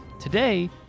Today